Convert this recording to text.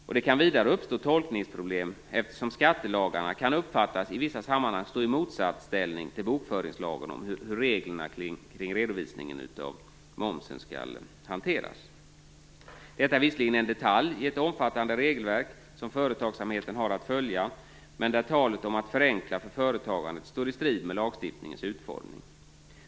Det kan vidare uppstå tolkningsproblem, eftersom skattelagarna i vissa sammanhang kan uppfattas stå i motsatsställning till bokföringslagen när det gäller hur reglerna kring redovisningen av momsen skall hanteras. Detta är en detalj i det omfattande regelverk som företagsamheten har att följa och där talet om att förenkla för företagandet står i strid med lagstiftningens utformning.